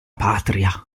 patria